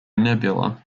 nebula